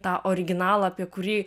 tą originalą apie kurį